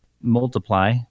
multiply